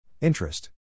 Interest